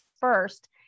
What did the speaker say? first